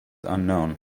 unknown